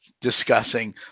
discussing